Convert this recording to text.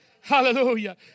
Hallelujah